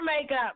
makeup